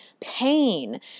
pain